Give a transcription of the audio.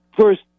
first